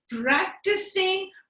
practicing